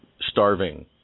starving